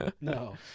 No